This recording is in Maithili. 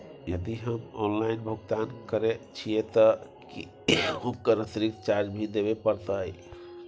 यदि हम ऑनलाइन भुगतान करे छिये त की ओकर अतिरिक्त चार्ज भी देबे परतै?